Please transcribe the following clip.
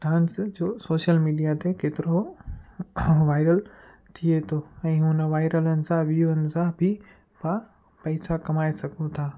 dance जो social media ते केतिरो वायरल थिए थो ऐं हुन वायरलुनि सां वियू हुन सां बि पाण पैसा कमाए सघूं था